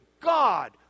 God